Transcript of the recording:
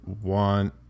one